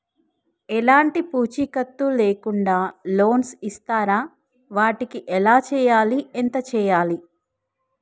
ఎలాంటి పూచీకత్తు లేకుండా లోన్స్ ఇస్తారా వాటికి ఎలా చేయాలి ఎంత చేయాలి?